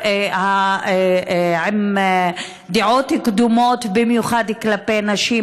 עם דעות קדומות, במיוחד כלפי נשים.